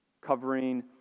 covering